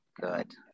good